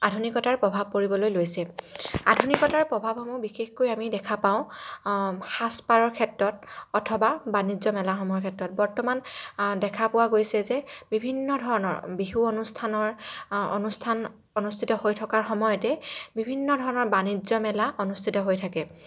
আধুনিকতাৰ প্ৰভাৱ পৰিবলৈ লৈছে আধুনিকতাৰ প্ৰভাৱসমূহ বিশেষকৈ আমি দেখা পাওঁ সাজ পাৰৰ ক্ষেত্ৰত অথবা বাণিজ্য মেলাসমূহৰ ক্ষেত্ৰত বৰ্তমান দেখা পোৱা গৈছে যে বিভিন্ন ধৰণৰ বিহু অনুষ্ঠানৰ অনুষ্ঠান অনুষ্ঠিত হৈ থকাৰ সময়তে বিভিন্ন ধৰণৰ বাণিজ্য মেলা অনুস্থিত হৈ থাকে